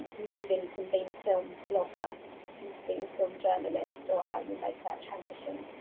moving from being a film blogger and to being a film journalist or how you make that transition,